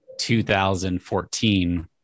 2014